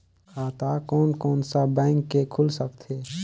खाता कोन कोन सा बैंक के खुल सकथे?